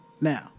Now